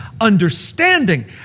understanding